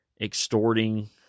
extorting